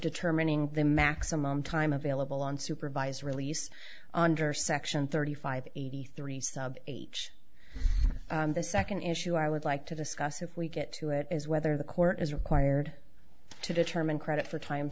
determining the maximum time available on supervised release onder section thirty five eighty three sub age the second issue i would like to discuss if we get to it is whether the court is required to determine credit for time